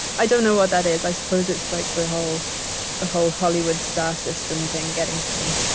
i don't know what that is. i suppose it's like the whole the whole hollywood star system thing getting to me